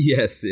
Yes